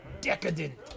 Decadent